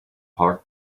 hard